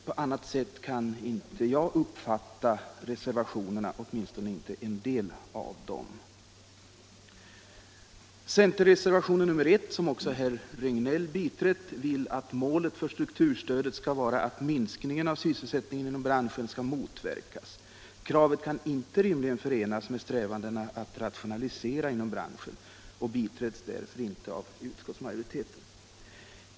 På annat sätt kan inte jag uppfatta en del av reservationerna. Centern vill med reservationen 1, som också herr Regnéll biträtt, att målet för strukturstödet skall vara att minskningen av sysselsättningen inom branschen skall motverkas. Kravet kan inte rimligen förenas med strävandena att rationalisera och biträds därför inte av utskottsmajoriteten.